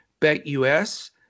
BetUS